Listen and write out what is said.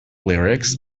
lyrics